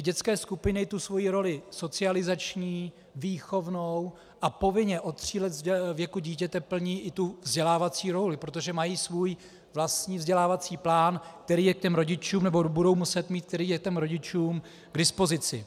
Dětské skupiny svoji roli socializační, výchovnou a povinně od tří let věku dítěte plní i vzdělávací roli, protože mají svůj vlastní vzdělávací plán, který rodičům, nebo budou muset mít, který je rodičům k dispozici.